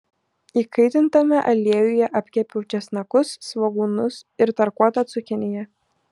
įkaitintame aliejuje apkepiau česnakus svogūnus ir tarkuotą cukiniją